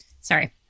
Sorry